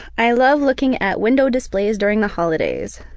i love looking at window displays during the holidays.